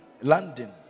London